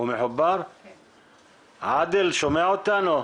שומע אותנו?